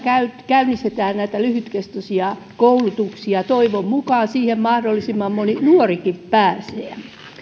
käynnistetään näitä lyhytkestoisia koulutuksia toivon mukaan niihin mahdollisimman moni nuorikin pääsee